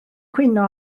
cwyno